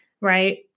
Right